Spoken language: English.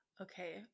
Okay